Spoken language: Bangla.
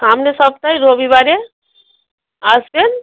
সামনের সপ্তাহে রবিবারে আসবেন